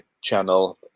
channel